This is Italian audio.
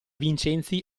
vincenzi